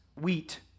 wheat